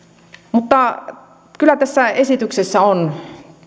mutta kyllä tässä esityksessä on